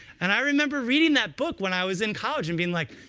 and i remember reading that book when i was in college, and being like,